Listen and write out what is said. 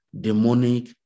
demonic